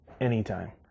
anytime